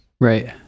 Right